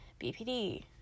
BPD